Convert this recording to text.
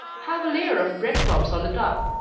have a layer of bread crumbs on the top.